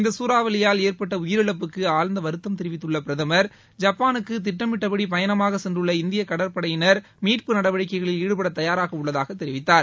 இந்த சூறாவளியால் ஏற்பட்ட உயிரிழப்புக்கு ஆழ்ந்த வருத்தம் தெரிவித்துள்ள பிரதமர் ஜப்பானுக்கு திட்டமிட்டபடி பயணமாக சென்றுள்ள இந்திய கப்பற்படையினர் மீட்பு நடவடிக்கையில் ஈடுபட தயாராக உள்ளதாக தெரிவித்தார்